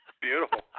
Beautiful